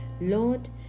Lord